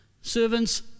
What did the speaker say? Servants